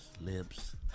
lips